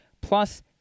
plus